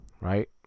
right